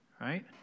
right